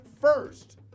first